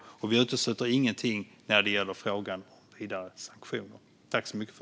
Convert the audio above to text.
Vi utesluter ingenting när det gäller frågan om vidare sanktioner.